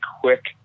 quick